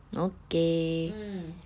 okay